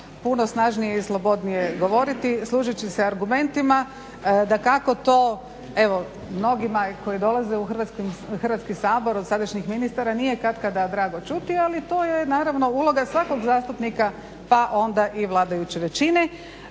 puno snažnije i slobodnije govoriti služeći se argumentima. Dakako to, evo mnogima koji dolaze u Hrvatski sabor od sadašnjih ministara nije katkada drago čuti. Ali to je naravno uloga svakog zastupnika, pa onda i vladajuće većine.